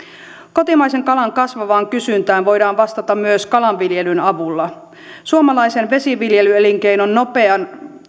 kotimaisen kalan kasvavaan kysyntään voidaan vastata myös kalanviljelyn avulla suomalaisen vesiviljelyelinkeinon nopea